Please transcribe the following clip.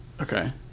Okay